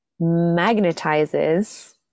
magnetizes